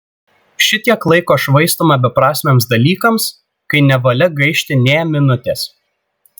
šitiek laiko švaistoma beprasmiams dalykams kai nevalia gaišti nė minutės